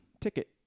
ticket